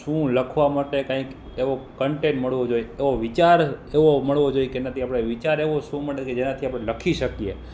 શુ લખવા માટે કાંઈક એવું કન્ટેન્ટ મળવું જોઈએ એવો વિચાર એવો મળવો જોઈએ કે એનાથી આપણે વિચાર એવો શું મળે છે જેનાથી આપણે લખી શકીએ